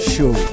Show